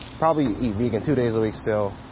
probably eating vegan two days a week still.